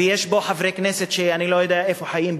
ויש פה חברי כנסת שאני לא יודע איפה הם חיים,